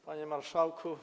Panie Marszałku!